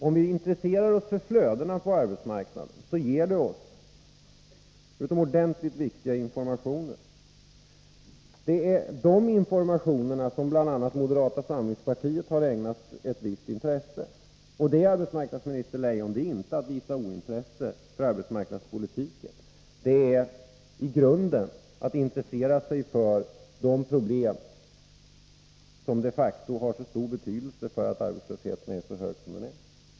Om vi intresserar oss för flödena på arbetsmarknaden, ger det oss utomordentligt viktiga informationer. Det är de informationerna som bl.a. moderata samlingspartiet har ägnat ett visst intresse. Och det, arbetsmarknadsminister Leijon, är inte att visa ointresse för arbetsmarknadspolitiken — det är i grunden att intressera sig för de problem som de facto har så stor betydelse för att arbetslösheten är så hög som den är.